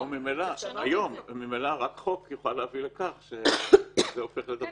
אז ממילא רק חוק יוכל להביא לכך שזה --- כן,